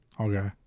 Okay